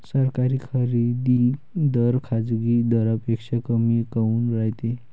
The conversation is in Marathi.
सरकारी खरेदी दर खाजगी दरापेक्षा कमी काऊन रायते?